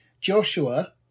Joshua